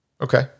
Okay